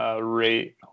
Rate